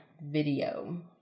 video